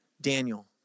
Daniel